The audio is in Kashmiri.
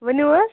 وٕنِو حظ